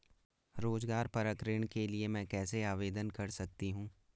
रोज़गार परक ऋण के लिए मैं कैसे आवेदन कर सकतीं हूँ?